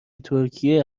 ترکیه